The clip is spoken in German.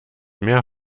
mehr